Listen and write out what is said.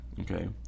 Okay